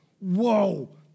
Whoa